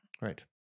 Right